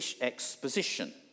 exposition